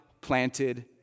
planted